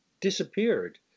disappeared